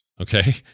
Okay